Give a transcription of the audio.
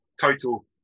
Total